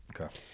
Okay